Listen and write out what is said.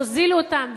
תוזילו אותם,